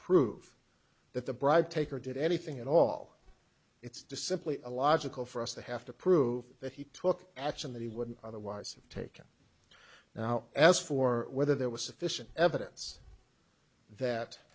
prove that the bribe taker did anything at all it's disemployed illogical for us to have to prove that he took action that he wouldn't otherwise have taken now as for whether there was sufficient evidence that